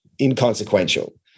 inconsequential